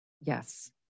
Yes